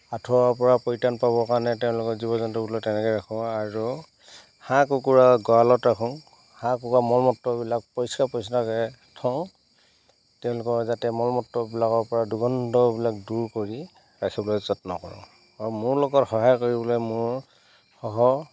আঁঠুৰপৰা পৰিত্ৰাণ পাবৰ কাৰণে তেওঁলোকৰ জীৱ জন্তুবোৰক তেনেকৈ ৰাখোঁ আৰু হাঁহ কুকুৰা গঁৰালত ৰাখোঁ হাঁহ কুকুৰা মল মূত্ৰবিলাক পৰিষ্কাৰ পৰিচ্ছন্নকৈ থওঁ তেওঁলোকৰ যাতে মল মূত্ৰবিলাকৰপৰা দুৰ্গন্ধবিলাক দূৰ কৰি ৰাখিবলৈ যত্ন কৰোঁ আৰু মোৰ লগত সহায় কৰিবলৈ মোৰ সহ